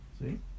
see